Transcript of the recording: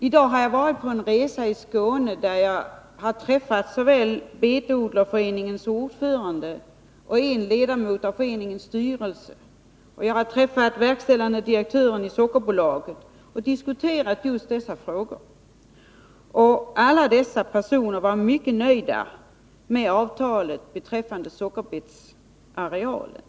I dag har jag varit på en resa i Skåne, där jag träffat såväl Betodlareföreningens ordförande och en ledamot av föreningens styrelse som verkställande direktören i Sockerbolaget och diskuterat just dessa frågor. Alla dessa personer var mycket nöjda med avtalet beträffande sockerbetsarealen.